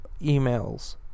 emails